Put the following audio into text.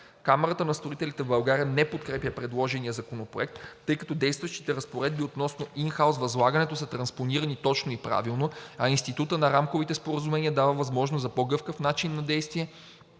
Камарата на строителите в България не подкрепя предложения законопроект, тъй като действащите разпоредби относно ин хаус възлагането са транспонирани точно и правилно, а институтът на рамковите споразумения дава възможност за по-гъвкав начин на действие